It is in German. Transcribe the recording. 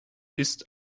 ist